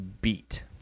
beat